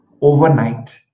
overnight